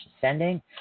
sending